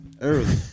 early